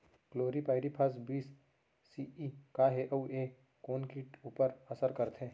Chlorpyrifos बीस CE का हे अऊ ए कोन किट ऊपर असर करथे?